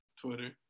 Twitter